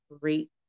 great